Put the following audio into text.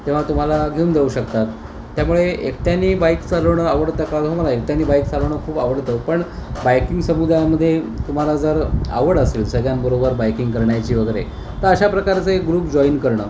तेव्हा तुम्हाला घेऊन जाऊ शकतात त्यामुळे एकट्यानी बाईक चालवणं आवडतं का हो मला एकट्यानी बाईक चालवणं खूप आवडतं पण बाईकिंग समुदायामध्ये तुम्हाला जर आवड असेल सगळ्यांबरोबर बायकिंग करण्याची वगैरे तरं अशा प्रकारचे ग्रुप जॉईन करणं